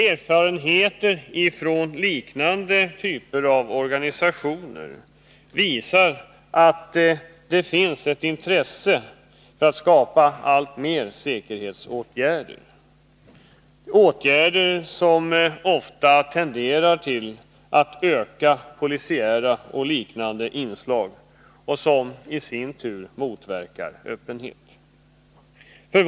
Erfarenheter från liknande organisationer visar att det finns ett intresse för att införa allt fler säkerhetsåtgärder. Det är åtgärder som ofta tenderar att öka polisiära och liknande inslag, och dessa motverkar öppenheten.